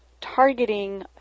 targeting